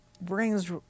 brings